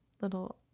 little